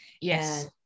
yes